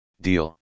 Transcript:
deal